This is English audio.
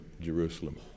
Jerusalem